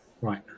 right